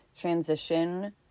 transition